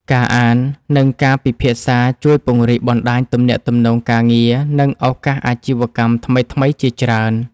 ការអាន និងការពិភាក្សាជួយពង្រីកបណ្ដាញទំនាក់ទំនងការងារ និងឱកាសអាជីវកម្មថ្មីៗជាច្រើន។